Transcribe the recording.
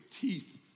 teeth